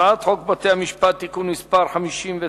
הצעת חוק בתי-המשפט (תיקון מס' 59)